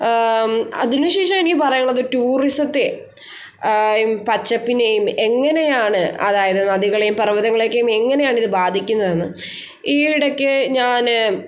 അതിനുശേഷം എനിക്ക് പറയാനുള്ളത് ടൂറിസത്തെ പച്ചപ്പിനെയും എങ്ങനെയാണ് അതായത് നദികളെയും പർവ്വതങ്ങളെയൊക്കെയും എങ്ങനെയാണ് ഇത് ബാധിക്കുന്നതെന്ന് ഈ ഇടയ്ക്ക് ഞാൻ